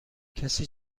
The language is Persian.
کسی